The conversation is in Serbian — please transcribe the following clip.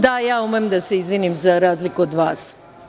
Da, ja umem da se izvinim, za razliku od vas.